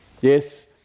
Yes